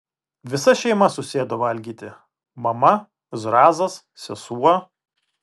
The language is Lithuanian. visa šeima susėdo valgyti mama zrazas sesuo